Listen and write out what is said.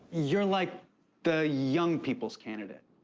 you're like the young people's candidate.